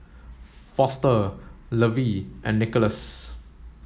Foster Lovey and Nicholas